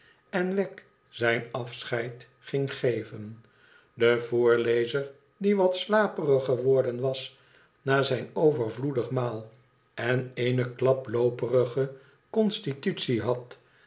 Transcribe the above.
en wegg zijn acheid ging geven de voorlezer die wat slaperig geworden was na zijn overvloedig maal en eene klaplooperige constitutie had